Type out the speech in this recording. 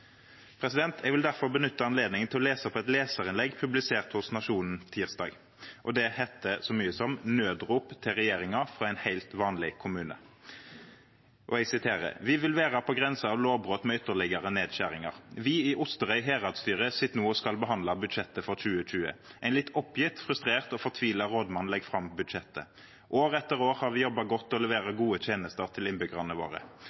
vil derfor benytte anledningen til å lese opp et leserinnlegg publisert i Nationen på tirsdag. Det heter så mye som «Nødrop til regjeringa frå ein heilt vanleg kommune»: «Vi vil vera på grensa av lovbrot med ytterlegare nedskjeringar. Vi i Osterøy heradsstyre sit no og skal behandla budsjettet for 2020. Ein litt oppgitt, frustrert og fortvila rådmann legg fram budsjettet. År etter år har vi jobba godt og leverer gode tenester til